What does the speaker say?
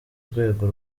rwego